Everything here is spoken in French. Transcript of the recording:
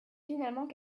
finalement